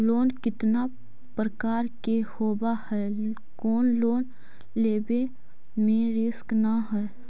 Loan कितना प्रकार के होबा है कोन लोन लेब में रिस्क न है?